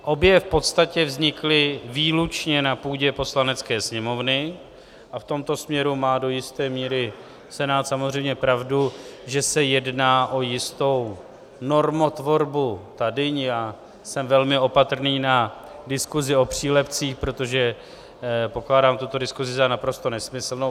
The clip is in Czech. Obě v podstatě vznikly výlučně na půdě Poslanecké sněmovny a v tomto směru má do jisté míry Senát samozřejmě pravdu, že se jedná o jistou normotvorbu tady, a já jsem velmi opatrný na diskusi o přílepcích, protože pokládám tuto diskusi za naprosto nesmyslnou.